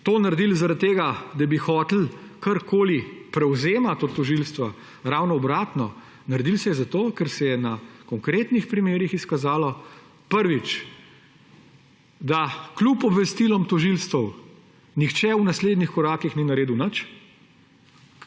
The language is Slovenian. to naredilo zaradi tega, da bi hoteli karkoli prevzemati od tožilstva. Ravno obratno. Naredilo se je zato, ker se je na konkretnih primerih izkazalo, prvič, da kljub obvestilom tožilstev nihče v naslednjih korakih ni naredil nič,